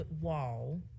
wall